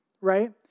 Right